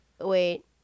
Wait